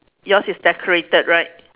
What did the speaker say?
yours is decorated right